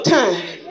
time